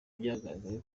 byagaragaye